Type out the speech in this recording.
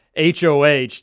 HOH